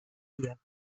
hier